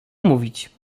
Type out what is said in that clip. mówić